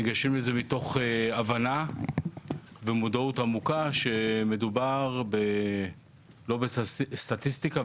מתוך הבנה ומודעות עמוקה שלא מדובר במספר או בסטטיסטיקה,